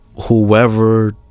Whoever